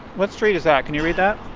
what street is that? can you read that?